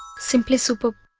simply superb.